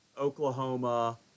Oklahoma